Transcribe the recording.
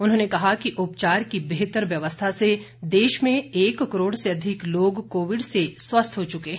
उन्होंने कहा कि उपचार की बेहतर व्यवस्था से देश में एक करोड़ से अधिक लोग कोविड से स्वस्थ हो चुके हैं